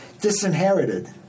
Disinherited